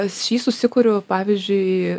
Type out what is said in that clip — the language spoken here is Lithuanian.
aš jį susikuriu pavyzdžiui